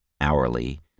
hourly